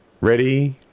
ready